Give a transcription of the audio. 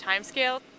timescale